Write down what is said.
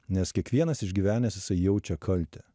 nes kiekvienas išgyvenęs jisai jaučia kaltę